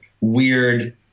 weird